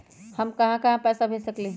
हम कहां कहां पैसा भेज सकली ह?